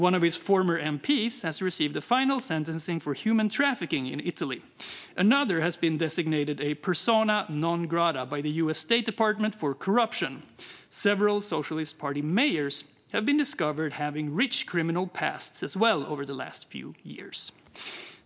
One of his former MPs has received a final sentence for human trafficking in Italy. Another has been designated a persona non grata by the US State Department for corruption. Several Socialist Party mayors have been discovered as having rich criminal pasts as well over the last few years."